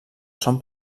son